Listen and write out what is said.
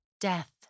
death